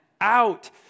out